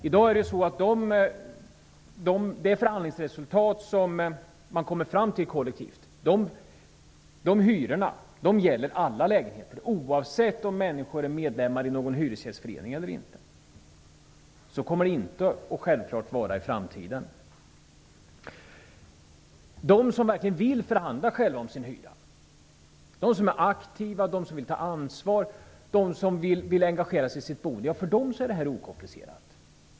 I dag gäller de hyror som man kommer fram till i kollektiva förhandlingar för alla lägenheter, oavsett om hyresgästerna är medlemmar i någon hyresgästförening eller inte. Så kommer det inte att självklart vara i framtiden. För dem som verkligen vill förhandla om sin hyra, för dem som är aktiva och som vill ta ansvar och engagera sig i sitt boende, är detta okomplicerat.